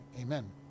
Amen